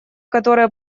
которые